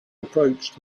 approached